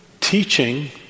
teaching